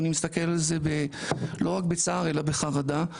ואני מסתכל על זה לא רק בצער אלא בחרדה,